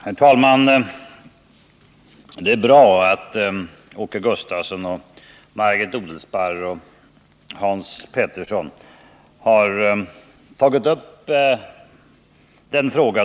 Herr talman! Det är bra att Åke Gustavsson, Margit Odelsparr och Hans Petersson i Hallstahammar har tagit upp denna fråga.